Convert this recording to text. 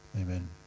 Amen